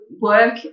work